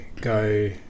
go